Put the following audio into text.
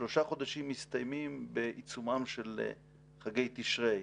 שלושה חודשים מסתיימים בעיצומם של חגי תשרי.